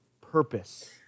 purpose